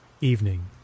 Evening